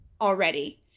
Already